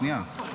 שנייה,